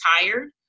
tired